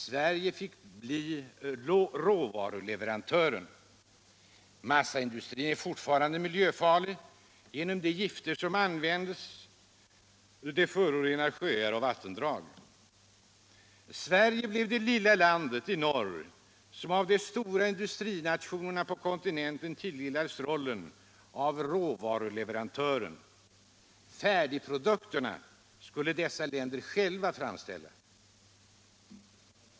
Sverige fick bli råvaruleverantören. Massaindustrin är fortfarande miljöfarlig genom att de gifter som används förorenar sjöar och vattendrag. Sverige blev det lilla landet i norr som av de stora industrinationerna på kontinenten tilldelades rollen som råvaruleverantör — färdigprodukterna skulle dessa länder själva framställa.